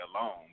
alone